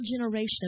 generation